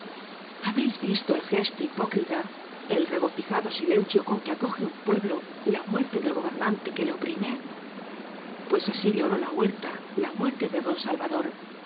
habéis visto el gesto hipócrita el regocijado silencio con que acoge un pueblo la muerte del gobernante que le oprime pues así lloró la huerta la muerte de don salvador